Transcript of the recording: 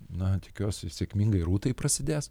na tikiuosi sėkmingai rūtai prasidės